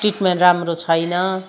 treatment राम्रो छैन